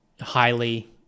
highly